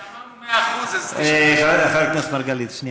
כשאמרנו 100%, זה 99%. חבר הכנסת מרגלית, שנייה.